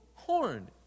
Horn